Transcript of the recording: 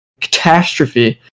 catastrophe